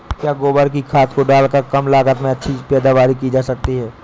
क्या गोबर की खाद को डालकर कम लागत में अच्छी पैदावारी की जा सकती है?